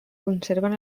conserven